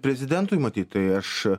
prezidentui matyt tai aš a